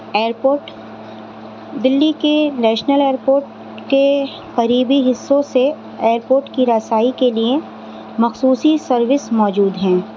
airport Delhi کے national airport کے قریبی حصوں سے ایئرپوٹ کی رسائی کے لیے مخصوصی سروس موجود ہیں